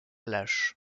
lâche